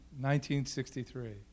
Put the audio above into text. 1963